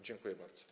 Dziękuję bardzo.